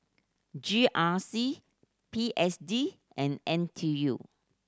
G R C P S D and N T U